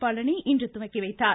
பழனி இன்று துவக்கி வைத்தார்